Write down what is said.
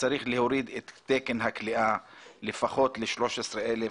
שצריך להוריד את תקן הכליאה לפחות ל-13,000,